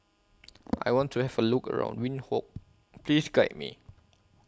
I want to Have A Look around Windhoek Please Guide Me